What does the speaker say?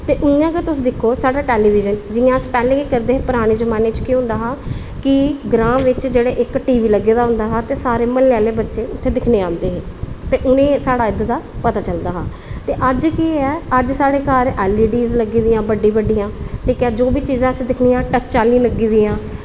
ते इंया गै तुस दिक्खो साढ़ा टेलीविज़न जियां अस पैह्लें करदे हे पराने जमानै च केह् होंदा हा की ग्रांऽ बिच जेह्ड़ा इक्क टीवी लग्गे दा होंदा हा ते सारे म्हल्लै आह्ले बच्चे दिक्खनै ई आंदे हे उनेंगी दिक्खनै दा मज़ा आंदा हा ते अज्ज केह् ऐ अज्ज साढ़े एलईडी लग्गी दियां बड्डी बड्डियां ते जो बी अस दिक्खो टच आह्ली लग्गी दियां